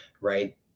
right